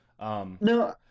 No